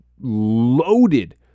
loaded